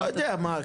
לא יודע, מה.